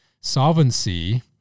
Solvency